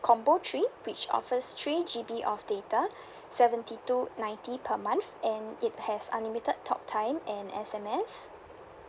combo three which offers three G_B of data seventy two ninety per month and it has unlimited talk time and S_M_S